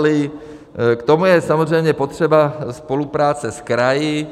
K tomu je samozřejmě potřeba spolupráce s kraji.